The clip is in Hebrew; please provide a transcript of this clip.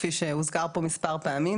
כפי שהוזכר פה מספר פעמים.